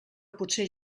potser